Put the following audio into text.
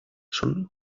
són